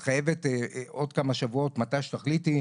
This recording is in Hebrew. את חייבת עוד כמה שבועות או מתי שתחליטי,